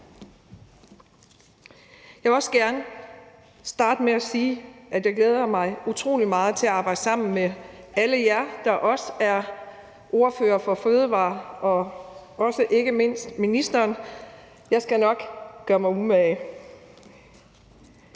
Jeg vil også gerne starte med at sige, at jeg glæder mig utrolig meget til at arbejde sammen med alle jer, der også er ordførere på fødevareområdet, og ikke mindst ministeren. Jeg skal nok gøre mig umage.